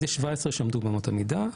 אז יש 17 שעומדים באמות המידה.